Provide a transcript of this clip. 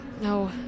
No